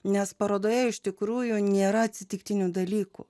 nes parodoje iš tikrųjų nėra atsitiktinių dalykų